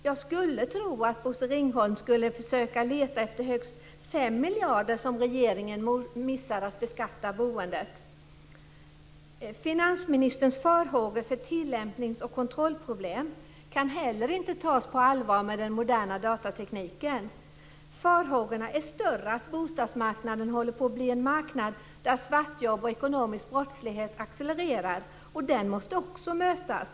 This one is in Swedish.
Jag tror att Bosse Ringholm skulle försöka att leta efter högst 5 miljarder som regeringen missar att beskatta boendet med. Finansministerns farhågor för tillämpnings och kontrollproblem kan inte heller tas på allvar med den moderna datatekniken. Farhågorna är större för att bostadsmarknaden håller på att bli en marknad där svartjobb och ekonomisk brottslighet accelererar, och det måste också mötas.